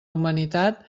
humanitat